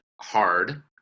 hard